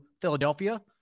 Philadelphia